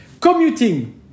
commuting